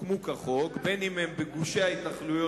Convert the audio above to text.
לא היה שום ויכוח.